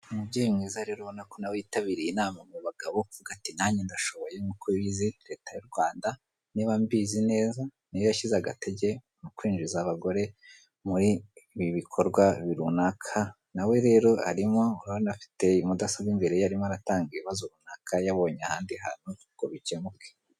Uyu mubyeyi mwiza rero ubonako y'itabiriye inama mu bagabo avuga ati"nange ndashoboye" nkuko ubizi leta y'uRwanda niba mbizi neza niyo yashyize agatege mu kwinjiza abagore muri ibi bikorwa runaka, nawe rero arimo urabona afite mudasobwa imbere ye arimo aratanga ibibazo runaka yari yabonye ahandi hantu ngo bikemuke.